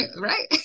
right